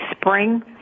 spring